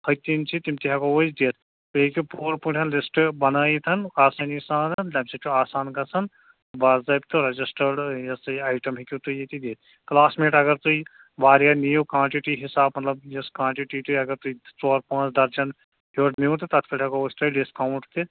ۂتِنۍ چھِ تِم تہِ ہٮ۪کو أسۍ دِتھ تُہۍ ہیٚکِو پوٗرٕ پٲٹھۍ لِسٹ بَنٲیِتھ آسٲنی سان تَمہِ سۭتۍ چھُ آسان گژھن بضٲبتہٕ رجسٹٲڈ یہِ ہسا یہِ آیٹم ہیٚکِو تُہۍ ییتہِ نِتھ کلاسمیٹ اگر تُہۍ واریاہ نِیِو کانٹِٹی حِساب مطلب یُس کانٹِٹی تُہۍ اگر تُہۍ ژور پانٛژھ درجَن ہیوٚر نِیِو تہٕ تَتھ پٮ۪تھ ہٮ۪کو أسۍ تۄہہِ ڈِسکاوُنٛٹ تہِ